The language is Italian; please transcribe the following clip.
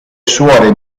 suore